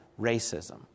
racism